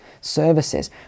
services